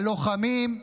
הלוחמים,